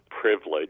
privilege